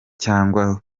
cyangwa